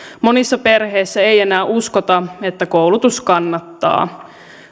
monissa perheissä ei enää uskota että koulutus kannattaa